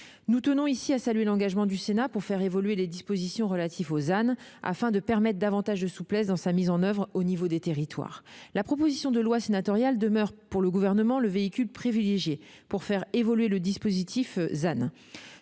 Nous tenons ici à saluer l'engagement du Sénat pour faire évoluer les dispositions relatives au ZAN, afin de permettre davantage de souplesse dans sa mise en oeuvre au niveau des territoires. La proposition de loi sénatoriale demeure, pour le Gouvernement, le véhicule privilégié pour faire évoluer le dispositif du ZAN.